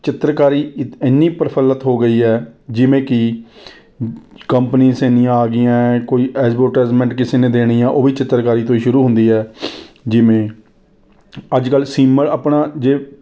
ਚਿੱਤਰਕਾਰੀ ਇੱਕ ਇੰਨੀ ਪ੍ਰਫੁਲਿਤ ਹੋ ਗਈ ਹੈ ਜਿਵੇਂ ਕਿ ਕੰਪਨੀਸ ਇੰਨੀਆਂ ਆ ਗਈਆਂ ਹੈ ਕੋਈ ਐਡਵੋਟਾਈਜ਼ਮੈਂਟ ਕਿਸੇ ਨੇ ਦੇਣੀ ਹੈ ਉਹ ਵੀ ਚਿੱਤਰਕਾਰੀ ਤੋਂ ਹੀ ਸ਼ੁਰੂ ਹੁੰਦੀ ਹੈ ਜਿਵੇਂ ਅੱਜ ਕੱਲ੍ਹ ਸੀਮਤ ਆਪਣਾ ਜੇ